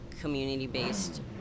community-based